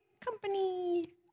company